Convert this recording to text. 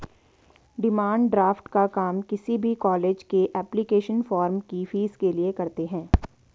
demand draft का काम किसी भी कॉलेज के एप्लीकेशन फॉर्म की फीस के लिए करते है